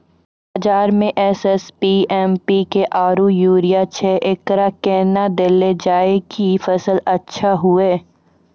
बाजार मे SSP, MPK आरु यूरिया छैय, एकरा कैना देलल जाय कि फसल अच्छा हुये?